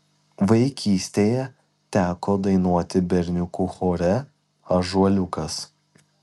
vaikystėje teko dainuoti berniukų chore ąžuoliukas